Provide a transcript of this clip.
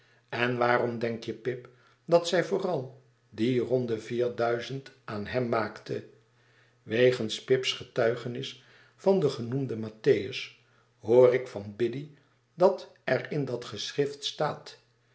en waarom denk je pip dat zij vooral die ronde vier duizend aan hem maakte wegens pip's getuigenis van den genoemden mattheiis hoor ik van biddy dat er in dat geschrift staat